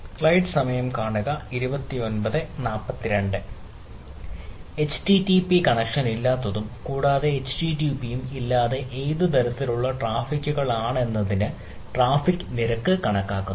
Http കണക്ഷനില്ലാത്തതും കൂടാതെ http ഉം ഇല്ലാതെ ഏത് തരത്തിലുള്ള ട്രാഫിക്കുകളാണുള്ളതെന്ന് ട്രാഫിക് നിരക്ക് കണക്കാക്കുന്നു